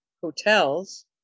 hotels